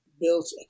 built